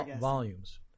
volumes